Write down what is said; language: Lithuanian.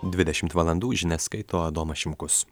dvidešimt valandų žinias skaito adomas šimkus